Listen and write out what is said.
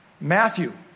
Matthew